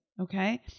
Okay